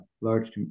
large